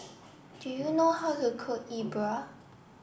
do you know how to cook Yi Bua